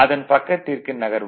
அதன் பக்கத்திற்கு நகர்வோம்